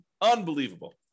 Unbelievable